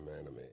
anime